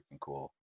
cool